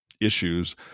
issues